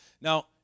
Now